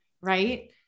Right